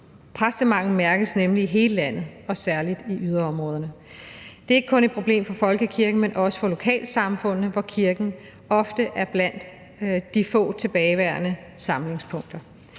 Præstemangel mærkes nemlig i hele landet og særlig i yderområderne. Det er ikke kun et problem for folkekirken, men også for lokalsamfundene, hvor kirken ofte er blandt de få tilbageværende samlingspunkter.